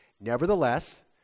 nevertheless